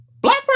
black